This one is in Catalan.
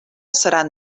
seran